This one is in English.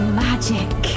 magic